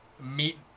meet